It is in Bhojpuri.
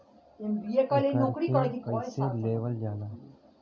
एकरके कईसे लेवल जाला?